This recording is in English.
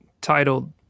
titled